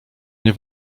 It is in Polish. nie